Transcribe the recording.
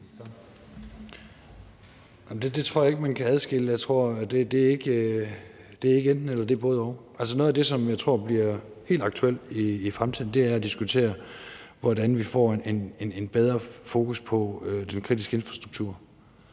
Det tror jeg ikke man kan adskille. Jeg tror ikke, at det er enten-eller; det er både-og. Noget af det, som jeg tror bliver helt aktuelt i fremtiden, er at diskutere, hvordan vi får et bedre fokus på den kritiske infrastruktur.